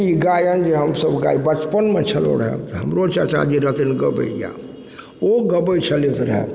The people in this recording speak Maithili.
मैथिली गायन जे हमसब बचपनमे छलहुँ रहय तऽ हमरो चाचाजी रहथिन गबैया ओ गबय छलथि रहय